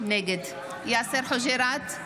נגד יאסר חוג'יראת,